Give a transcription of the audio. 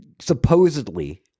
supposedly